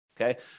Okay